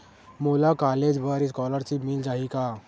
मोला कॉलेज बर स्कालर्शिप मिल जाही का?